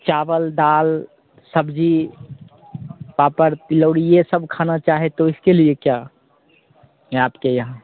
चावल दाल सब्ज़ी पापड़ तिलौड़ी यह सब खाना चाहें तो इसके लिए क्या में आपके यहाँ